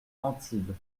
antibes